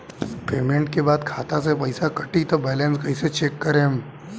Payment के बाद खाता मे से पैसा कटी त बैलेंस कैसे चेक करेम?